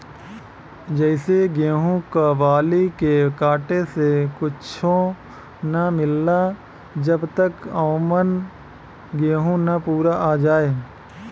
जइसे गेहूं क बाली के काटे से कुच्च्छो ना मिलला जब तक औमन गेंहू ना पूरा आ जाए